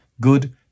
good